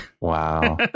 Wow